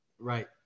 Right